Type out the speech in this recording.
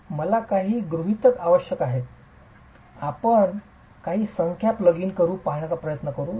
मला काही गृहितक आवश्यक आहेत आपण काही संख्या प्लग इन करुन पहाण्याचा प्रयत्न करू शकता